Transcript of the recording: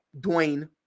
Dwayne